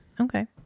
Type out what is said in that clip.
Okay